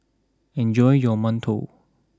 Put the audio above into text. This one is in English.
enjoy your mantou